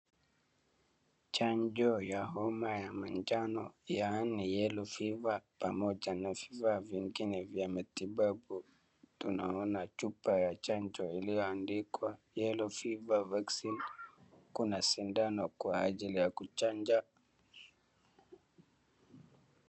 Chanjo ya homa ya manjano yaani Yellow Fever pamoja na vifaa vingine vya matibabu. Tunaona chupa ya chanjo iliyoandikwa Yellow Fever Vaccine kuna sindano kwa ajili ya kuchanja.